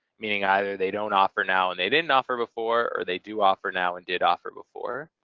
meaning either they don't offer now and they didn't offer before or they do offer now and did offer before.